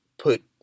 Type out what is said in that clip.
put